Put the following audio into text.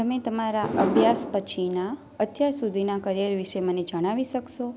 તમે તમારા અભ્યાસ પછીનાં અત્યાર સુધીનાં કરિયર વિશે મને જણાવી શકશો